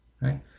right